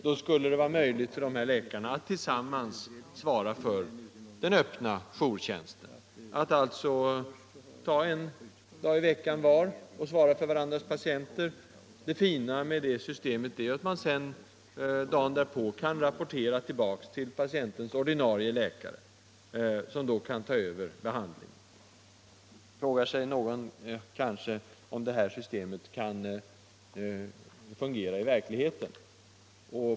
Då är det möjligt för dessa läkare att tillsammans svara för den öppna jourtjänsten, att alltså ta en natt i veckan var och svara för varandras patienter. Det fina med det systemet är att man dagen därpå kan rapportera tillbaka till patientens ordinarie läkare, som då kan ta över behandlingen. Någon frågar sig kanske om detta system kan fungera i verkligheten.